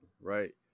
Right